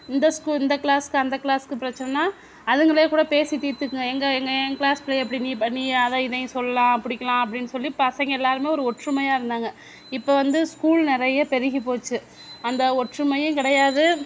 இந்த ஸ்கூல் இந்த கிளாஸ்க்கு அந்த கிளாஸ்க்கு பிரச்சனைன்னா அதுங்களே கூட பேசி தீத்துக்குங்க எங்க எங்க என் கிளாஸ் பிள்ளைய எப்படி நீ நீ அதை இதையும் சொல்லலாம் அப்படின்னு சொல்லி பசங்க எல்லாருமே ஒரு ஒற்றுமையாக இருந்தாங்க இப்போ வந்து ஸ்கூல் நிறைய பெருகி போச்சு அந்த ஒற்றுமையும் கிடையாது